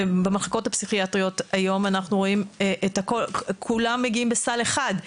במחלקות הפסיכיאטריות היום אנחנו רואים את כולם מגיעים בסל אחד,